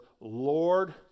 Lord